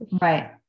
right